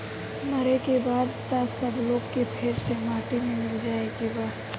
मरे के बाद त सब लोग के फेर से माटी मे मिल जाए के बा